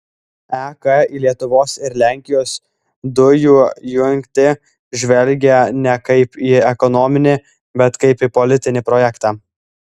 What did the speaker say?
ek į lietuvos ir lenkijos dujų jungtį žvelgia ne kaip į ekonominį bet kaip į politinį projektą